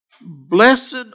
Blessed